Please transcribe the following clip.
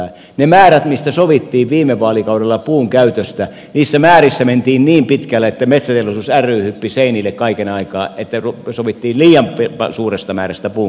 niissä määrissä mistä sovittiin viime vaalikaudella puun käytöstä mentiin niin pitkälle että metsäteollisuus ry hyppi seinille kaiken aikaa että sovittiin liian suuresta määrästä puun käyttöä